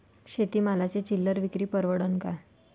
शेती मालाची चिल्लर विक्री परवडन का?